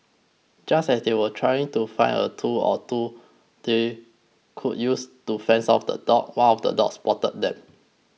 just as they were trying to find a tool or two they could use to fend off the dogs one of the dogs spotted them